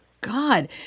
god